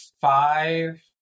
Five